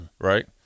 right